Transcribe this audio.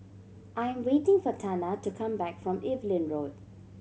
I am waiting for Tana to come back from Evelyn Road